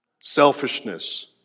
Selfishness